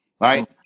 right